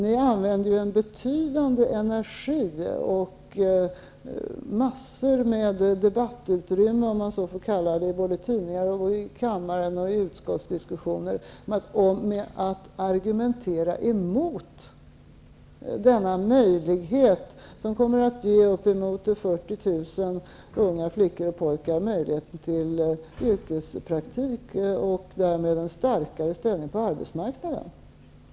Ni använder ju en betydande energi och massor med debattutrymme i tidningar, i kammaren och i utskottsdiskussioner till att argumentera emot detta förslag, som kommer att ge uppemot 40 000 unga flickor och pojkar möjlighet till yrkespraktik och därmed en starkare ställning på arbetsmarknaden.